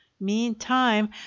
Meantime